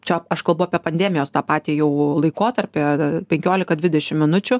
čia aš kalbu apie pandemijos tą patį jau laikotarpį penkiolika dvidešim minučių